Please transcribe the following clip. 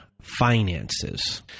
finances